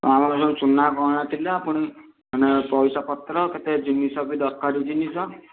ଆମର ସବୁ ସୁନା ଗହଣା ଥିଲା ପୁଣି ମାନେ ପଇସା ପତ୍ର କେତେ ଜିନିଷ ବି ଦରକାରୀ ଜିନିଷ